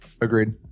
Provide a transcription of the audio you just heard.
Agreed